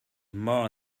more